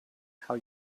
how